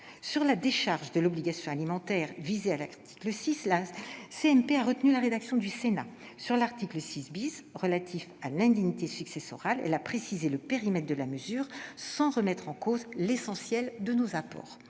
Sur la décharge de l'obligation alimentaire, visée à l'article 6, la commission mixte paritaire a retenu la rédaction du Sénat. Sur l'article 6 , relatif à l'indignité successorale, elle a précisé le périmètre de la mesure sans remettre en cause l'essentiel de nos apports.